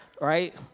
right